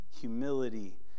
Humility